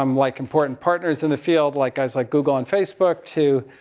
um like important partners in the field. like, guys like google and facebook to,